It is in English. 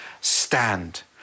stand